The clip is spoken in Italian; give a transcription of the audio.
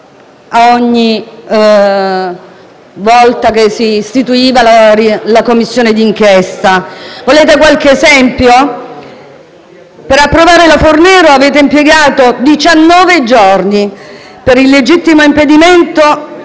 ogni volta che si istituiva la Commissione di inchiesta. Volete qualche esempio? Per approvare la legge Fornero avete impiegato diciannove giorni; per il legittimo impedimento